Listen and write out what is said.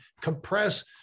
compress